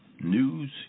news